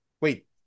Wait